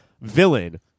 villain